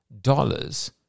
dollars